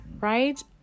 right